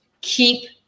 keep